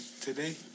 today